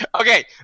Okay